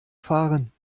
fahren